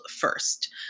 first